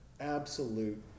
absolute